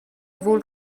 vul